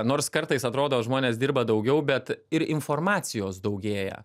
nors kartais atrodo žmonės dirba daugiau bet ir informacijos daugėja